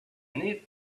need